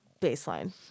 baseline